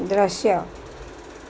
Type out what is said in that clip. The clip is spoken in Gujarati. દૃશ્ય